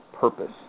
purpose